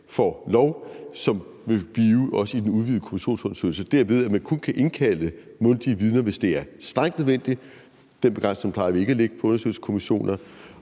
får lov, også vil blive det i den udvidede kommissionsundersøgelse, derved at man kun kan indkalde mundtlige vidner, hvis det er strengt nødvendigt. Den begrænsning plejer vi ikke at lægge på undersøgelseskommissioner,